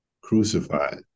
crucified